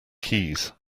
keys